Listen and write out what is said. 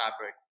fabric